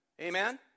Amen